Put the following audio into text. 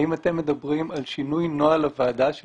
האם אתם מדברים על שינוי נוהל הוועדה של